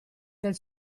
del